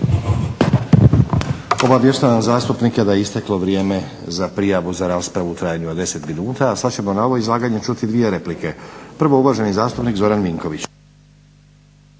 Obavještavam zastupnike da je isteklo vrijeme za prijavu za raspravu u trajanju od 10 minuta. A sad ćemo na ovo izlaganje čuti dvije replike. Prvo uvaženi zastupnik Zoran Vinković.